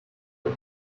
the